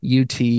UT